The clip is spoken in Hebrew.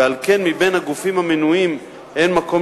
ועל כן בין הגופים המנויים אין מקום